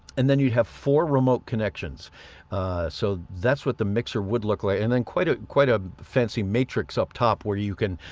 and then you'd have four remote connections so that's what the mixer would look like and then quite a quite a fancy matrix up top where you can